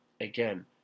Again